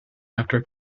after